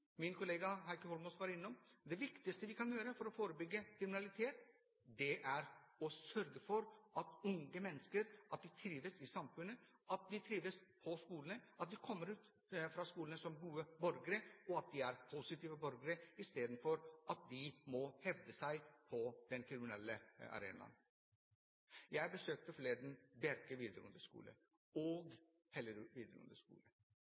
min kollega Heikki Holmås var innom. Det viktigste vi kan gjøre for å forebygge kriminalitet, er å sørge for at unge mennesker trives i samfunnet, at de trives på skolen, at de kommer ut fra skolen som gode borgere, at de er positive borgere istedenfor at de må hevde seg på den kriminelle arenaen. Jeg besøkte forleden Bjerke videregående skole og Hellerud videregående skole.